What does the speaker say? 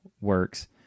works